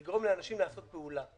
לגרום לאנשים לעשות פעולה.